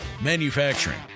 Manufacturing